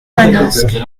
manosque